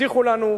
הבטיחו לנו,